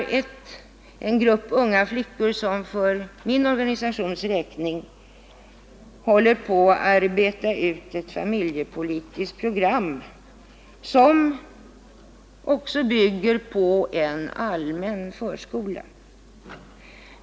Vi har en grupp unga flickor som för min organisations räkning håller på att arbeta ut ett familjepolitiskt program som också bygger på en allmän förskola.